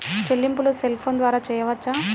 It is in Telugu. చెల్లింపులు సెల్ ఫోన్ ద్వారా చేయవచ్చా?